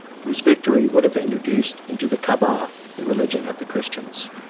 whose victory would have introduced into the caaba the religion of the christians.